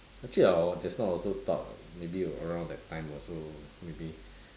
actually hor just now I also thought maybe around that time also maybe